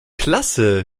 klasse